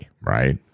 right